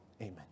Amen